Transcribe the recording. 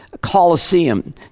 Colosseum